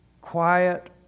quiet